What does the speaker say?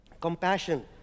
compassion